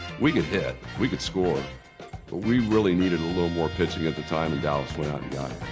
we could hit, we could score, but we really needed a little more pitching at the time, and dallas went out and got